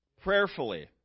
prayerfully